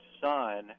son